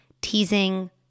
teasing